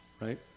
Right